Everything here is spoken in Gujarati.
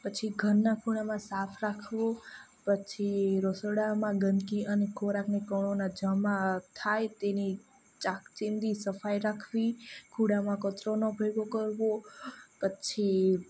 પછી ઘરના ખૂણામાં સાફ રાખવો પછી રસોડામાં ગંદકી અને ખોરાકને કણોના જમા થાય તેની ચાક ચીંદી સફાઈ રાખવી કુડામાં કચરો ન ભેગો કરવો પછી